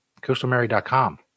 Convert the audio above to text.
CoastalMary.com